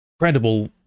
incredible